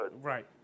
right